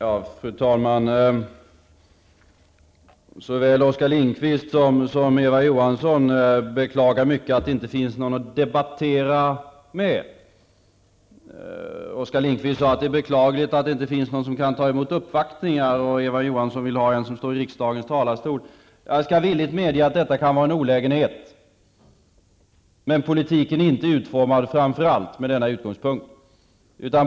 Fru talman! Såväl Oskar Lindkvist som Eva Johansson beklagar mycket att det inte finns någon att debattera med. Oskar Lindkvist sade att det är beklagligt att det inte finns någon som kan ta emot uppvaktningar, och Eva Johansson vill ha någon som står i riksdagens talarstol. Jag skall villigt medge att detta kan vara en olägenhet, men politiken är inte utformad främst med denna utgångspunkt.